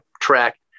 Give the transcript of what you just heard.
track